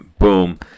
Boom